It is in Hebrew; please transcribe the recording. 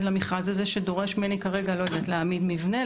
במכרז הזה שדורש ממני כרגע להעמיד מבנה,